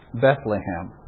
Bethlehem